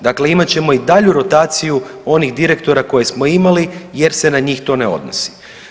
Dakle, imat ćemo i dalju rotaciju onih direktora koje smo imali jer se na njih to ne odnosi.